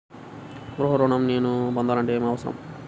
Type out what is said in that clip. గృహ ఋణం నేను పొందాలంటే హామీ అవసరమా?